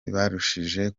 yabarushije